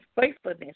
faithfulness